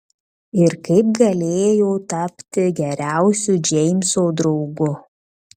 ir kaip jis galėjo tapti geriausiu džeimso draugu